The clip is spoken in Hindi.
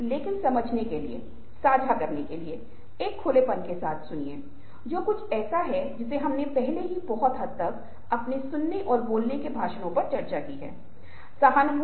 असल में मुझे अपने कुछ छात्रों के लिए एक कार्यक्रम के प्रायोजन से संबंधित कुछ उनके साथ कुछ साझा करना था लेकिन बातचीत के अंत में हमारी बातचीत हुई और वह यह जानने के लिए उत्सुक थे कि क्या मैं किसी विशेष सम्बन्द में आया हूँ या ऐसे ही मिलने आया हूँ